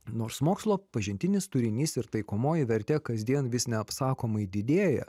nors mokslo pažintinis turinys ir taikomoji vertė kasdien vis neapsakomai didėja